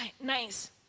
nice